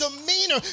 demeanor